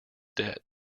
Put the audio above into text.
debt